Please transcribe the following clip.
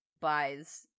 buys